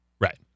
Right